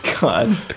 God